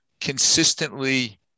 consistently-